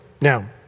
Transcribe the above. Now